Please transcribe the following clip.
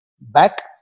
back